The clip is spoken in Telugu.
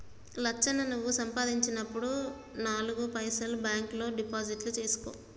లచ్చన్న నువ్వు సంపాదించినప్పుడు నాలుగు పైసలు బాంక్ లో డిపాజిట్లు సేసుకో